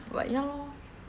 but ya lor